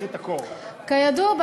כידוע,